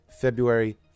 February